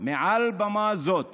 מעל במה זאת